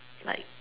like